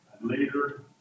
later